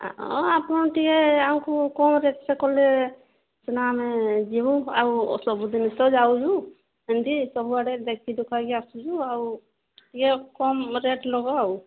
ଆପଣ ଟିକେ ଆମକୁ କମ୍ ରେଟ୍ ସେ କଲେ ସିନା ଆମେ ଯିବୁ ଆଉ ସବୁଦିନ ତ ଯାଉନୁ ଏମିତି ସବୁଆଡ଼େ ଦେଖିଦୁଖାକି ଆସୁଛୁ ଆଉ ଟିକେ କମ୍ ରେଟ୍ ନେବ ଆଉ